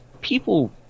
people